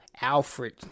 Alfred